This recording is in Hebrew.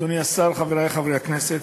אדוני השר, חברי חברי הכנסת,